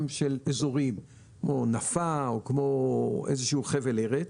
אזורים כמו נפה או איזשהו חבל ארץ,